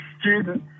student